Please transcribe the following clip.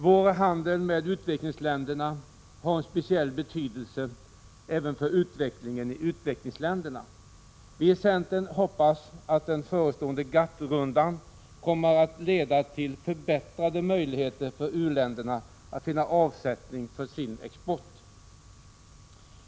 Vår handel med utvecklingsländerna har en speciell betydelse även för utvecklingen i utvecklingsländerna. Vi i centern hoppas att den förestående GATT-rundan kommer att leda till förbättrade möjligheter för u-länderna att finna avsättning för sin export.